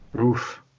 oof